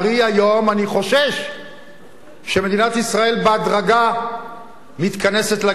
היום אני חושש שמדינת ישראל בהדרגה מתכנסת לגיהינום,